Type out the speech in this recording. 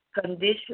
condition